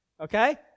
okay